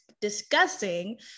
discussing